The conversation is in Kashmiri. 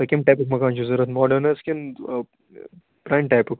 تۄہہِ کمہِ ٹایپُک مکان چھُو ضوٚرَتھ ماڈٲرٕن حظ کِنۍ پرٛانہِ ٹایپُک